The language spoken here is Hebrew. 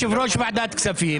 יושב ראש ועדת כספים,